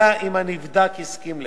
אלא אם כן הנבדק הסכים לכך.